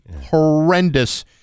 horrendous